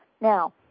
Now